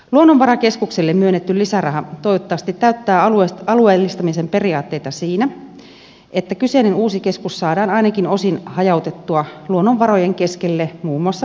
luonnonvarakeskukselle myönnetty lisäraha toivottavasti täyttää alueellistamisen periaatteita siinä että kyseinen uusi keskus saadaan ainakin osin hajautettua luonnonvarojen keskelle muun muassa pohjois suomeen